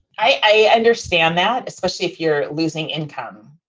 i understand that especially if you're losing income,